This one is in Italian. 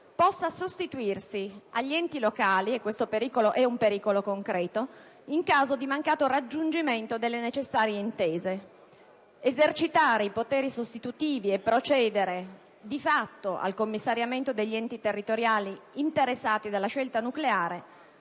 possa sostituirsi agli enti locali - questo pericolo è concreto - in caso di mancato raggiungimento delle necessarie intese. Esercitare i poteri sostitutivi e procedere di fatto al commissariamento degli enti territoriali interessati dalla scelta nucleare